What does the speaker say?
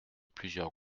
plusieurs